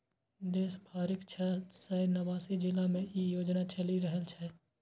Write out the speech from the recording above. देश भरिक छह सय नवासी जिला मे ई योजना चलि रहल छै